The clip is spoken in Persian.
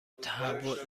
تهوع